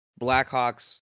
blackhawks